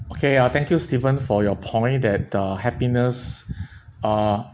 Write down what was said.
okay ah thank you stephen for your point that the happiness uh